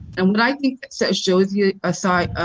and what i think that so shows yeah a side,